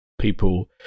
people